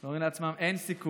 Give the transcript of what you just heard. הם אומרים לעצמם: אין סיכוי,